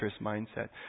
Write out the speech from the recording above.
mindset